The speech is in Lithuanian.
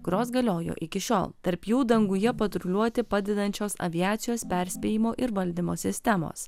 kurios galiojo iki šiol tarp jų danguje patruliuoti padedančios aviacijos perspėjimo ir valdymo sistemos